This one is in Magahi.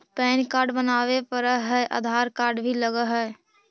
पैन कार्ड बनावे पडय है आधार कार्ड भी लगहै?